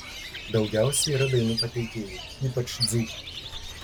daugiausiai yra dainų pateikėjų ypač dzūkų